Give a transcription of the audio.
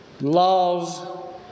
love